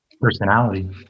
personality